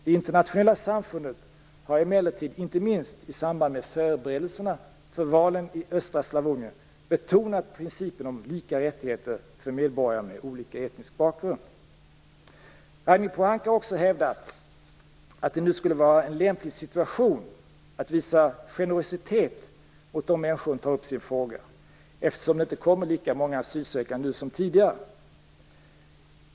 Det internationella samfundet har emellertid, inte minst i samband med förberedelserna för valen i östra Slavonien, betonat principen om lika rättigheter för medborgare med olika etnisk bakgrund. Ragnhild Pohanka har också hävdat att det nu skulle vara en lämplig situation att visa generositet mot de människor hon tar upp i sin fråga, eftersom det inte kommer lika många asylsökande nu som tidigare.